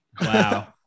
Wow